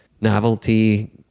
novelty